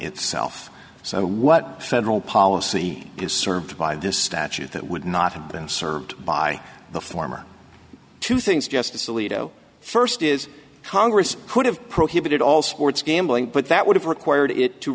itself so what federal policy is served by this statute that would not have been served by the former two things justice alito first is congress could have prohibited all sports gambling but that would have required